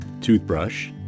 toothbrush